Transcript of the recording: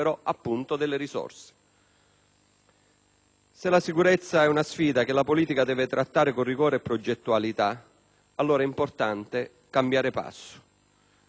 Se la sicurezza è una sfida che la politica deve trattare con rigore e progettualità, allora è importante cambiare passo, diventare più coerenti,